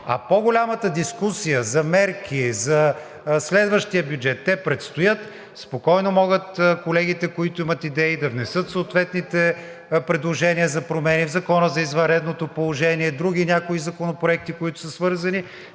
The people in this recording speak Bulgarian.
а по-голямата дискусия – за мерки, за следващия бюджет, те предстоят. Спокойно могат колегите, които имат идеи, да внесат съответните предложения за промени в Закона за извънредното положение, в други някои законопроекти, които са свързани,